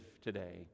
today